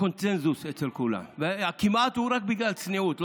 בקונסנזוס אצל כולם, וה"כמעט" הוא רק בגלל צניעות.